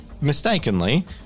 mistakenly